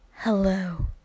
hello